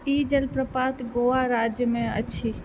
ई जलप्रपात गोवा राज्यमे अछि